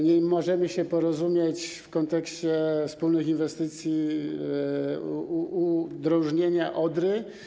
Nie możemy się porozumieć w kontekście wspólnych inwestycji dotyczących udrożnienia Odry.